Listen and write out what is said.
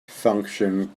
function